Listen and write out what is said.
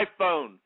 iPhone